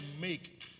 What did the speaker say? make